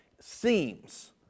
seems